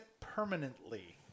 permanently